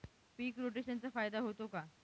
पीक रोटेशनचा फायदा होतो का?